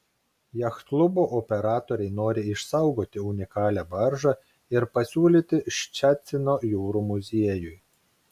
jachtklubo operatoriai nori išsaugoti unikalią baržą ir pasiūlyti ščecino jūrų muziejui